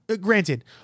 granted